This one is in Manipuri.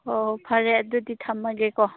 ꯍꯣꯏ ꯍꯣꯏ ꯐꯔꯦ ꯑꯗꯨꯗꯤ ꯊꯝꯃꯒꯦꯀꯣ